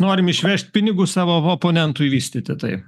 norim išvežt pinigus savo oponentui vystyti taip